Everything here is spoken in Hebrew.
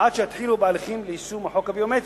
עד שיתחילו בהליכים ליישום החוק הביומטרי.